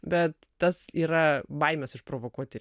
bet tas yra baimės išprovokuoti